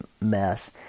mess